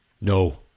No